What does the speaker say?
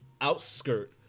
outskirt